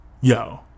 yo